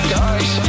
guys